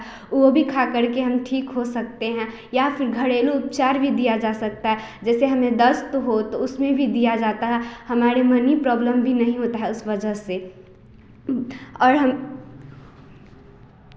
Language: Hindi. वह भी खाकर के हम ठीक हो सकते हैं या फिर घरेलू उपचार भी दिया जा सकता है जैसे हमें दस्त हो तो उसमें भी दिया जाता है हमारे मनी प्रॉब्लम भी नहीं होता है इस वजह से और हम